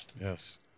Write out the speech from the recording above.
Yes